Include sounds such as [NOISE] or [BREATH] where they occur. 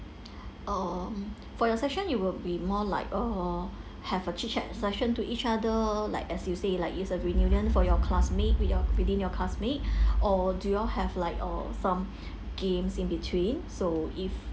oh for your session it will be more like uh have a chit chat session to each other like as you say like it's a reunion for your classmate with your within your classmate [BREATH] or do you all have like or some games in between so if